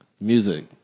Music